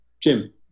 Jim